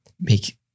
make